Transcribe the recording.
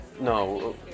No